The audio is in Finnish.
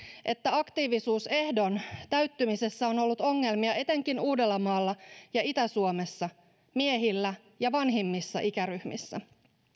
että aktiivisuusehdon täyttymisessä on ollut ongelmia etenkin uudellamaalla ja itä suomessa miehillä ja vanhimmissa ikäryhmissä